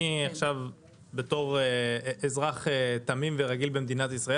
אני עכשיו אזרח תמים ורגיל במדינת ישראל.